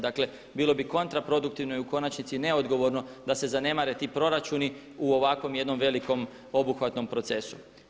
Dakle, bilo bi kontraproduktivno i u konačnici neodgovorno da se zanemare ti proračuni u ovakvom jedinom velikom obuhvatnom procesu.